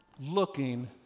looking